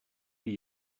were